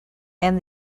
and